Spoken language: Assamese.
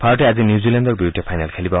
ভাৰতে আজি নিউজীলেণ্ডৰ বিৰুদ্ধে ফাইনেল খেলিব